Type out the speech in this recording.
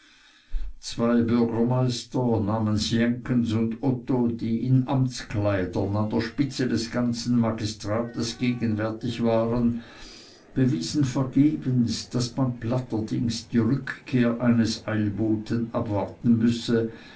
zwei bürgermeister namens jenkens und otto die in amtskleidern an der spitze des ganzen magistrats gegenwärtig waren bewiesen vergebens daß man platterdings die rückkehr eines eilboten abwarten müsse